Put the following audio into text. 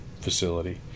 facility